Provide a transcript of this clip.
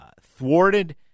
thwarted